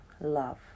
love